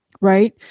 Right